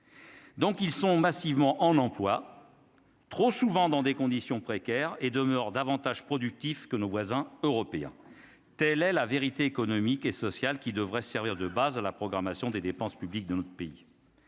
Donc ils sont massivement en emploi trop souvent dans des conditions précaires et demeure davantage productifs que nos voisins européens, telle est la vérité économique et social qui devrait servir de base à la programmation des dépenses publiques dans notre pays,